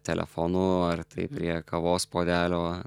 telefonu ar tai prie kavos puodelio